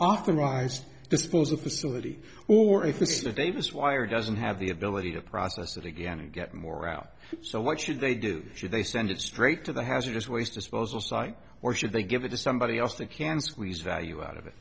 authorized disposal facility or if this the davis wire doesn't have the ability to process it again and get more out so what should they do should they send it straight to the hazardous waste disposal site or should they give it to somebody else that can squeeze value out of it